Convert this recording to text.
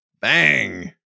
Bang